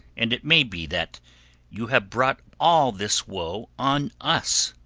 and it may be that you have brought all this woe on us.